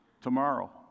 tomorrow